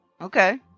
Okay